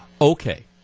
Okay